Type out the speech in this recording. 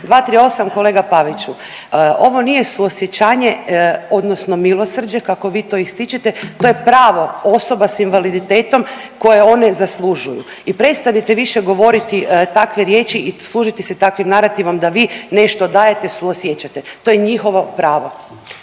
238. kolega Paviću. Ovo nije suosjećanje odnosno milosrđe kako vi to ističete, to je pravo osoba sa invaliditetom koje one zaslužuju i prestanite više govoriti takve riječi i služiti se takvim narativom da vi nešto dajete, suosjećate. To je njihovo pravo.